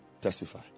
testify